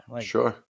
Sure